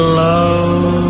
love